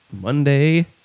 Monday